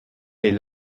des